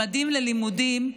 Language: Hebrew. ממדים ללימודים,